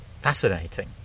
Fascinating